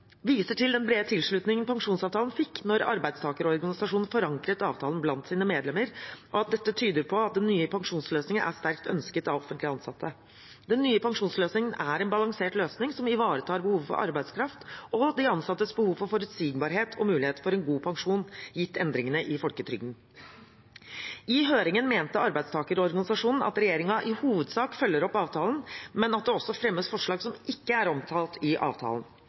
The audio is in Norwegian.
pensjonsavtalen fikk da arbeidstakerorganisasjonene forankret avtalen blant sine medlemmer, tyder på at den nye pensjonsløsningen er sterkt ønsket av offentlig ansatte. Den nye pensjonsløsningen er en balansert løsning, som ivaretar behovet for arbeidskraft og de ansattes behov for forutsigbarhet og mulighet for en god pensjon, gitt endringene i folketrygden. I høringen mente arbeidstakerorganisasjonene at regjeringen i hovedsak følger opp avtalen, men at det også fremmes forslag som ikke er omtalt i avtalen.